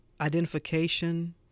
identification